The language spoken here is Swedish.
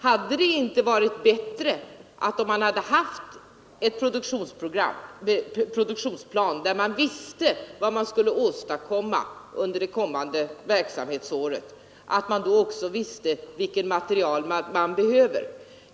Hade det inte varit bättre med en produktionsplan så att man visste vad man skulle göra under det kommande verksamhetsåret och så att man då också visste vilken materiel man behövde?